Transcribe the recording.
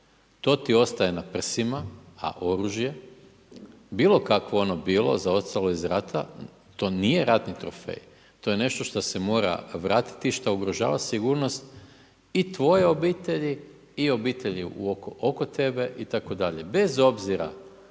To ti ostaje na prsima, a oružje bilo kakvo ono bilo zaostalo iz rata, to nije ratni trofej. To je nešto što se mora vratiti i što ugrožava sigurnost i tvoje obitelji i obitelji oko tebe itd. bez obzira